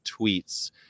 tweets